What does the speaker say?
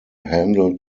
handle